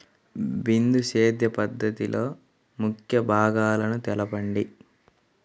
బిందు సేద్య పద్ధతిలో ముఖ్య భాగాలను తెలుపండి?